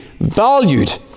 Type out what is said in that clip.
valued